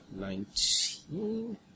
nineteen